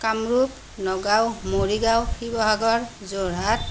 Kamrup Nagaon Morigaon Sivasagar Jorhat